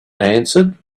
answered